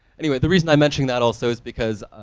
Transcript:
anyway, the reason i'm mentioning that also is because